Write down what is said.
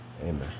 Amen